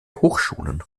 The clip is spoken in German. hochschulen